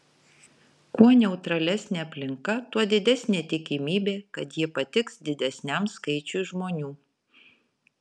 kuo neutralesnė aplinka tuo didesnė tikimybė kad ji patiks didesniam skaičiui žmonių